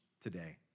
today